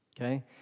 Okay